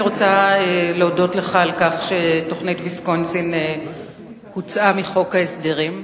אני רוצה להודות לך על כך שתוכנית ויסקונסין הוצאה מחוק ההסדרים.